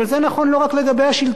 זה נכון לגבי כל אזרח.